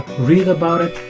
read about it,